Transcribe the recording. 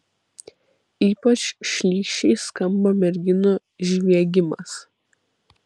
ypač šlykščiai skamba merginų žviegimas